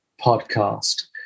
podcast